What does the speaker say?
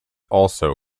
also